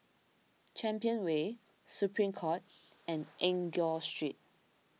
Champion Way Supreme Court and Enggor Street